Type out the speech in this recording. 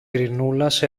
ειρηνούλας